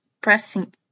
pressing